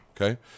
okay